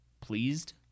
pleased